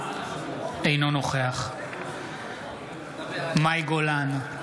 אינו נוכח מאי גולן,